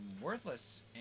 worthless